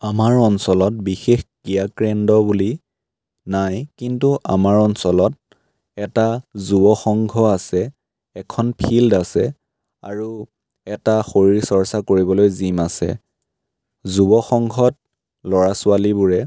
আমাৰ অঞ্চলত বিশেষ ক্ৰীড়াকেন্দ্ৰ বুলি নাই কিন্তু আমাৰ অঞ্চলত এটা যুৱসংঘ আছে এখন ফিল্ড আছে আৰু এটা শৰীৰ চৰ্চা কৰিবলৈ জিম আছে যুৱসংঘত ল'ৰা ছোৱালীবোৰে